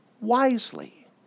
wisely